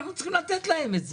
נותנים להם את זה?